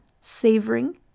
savoring